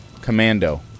Commando